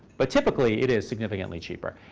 but typically, it is significantly cheaper.